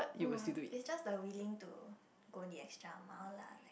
mm it's just like willing to go the extra mile lah like